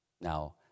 Now